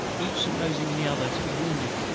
each supposing the other to be wounded.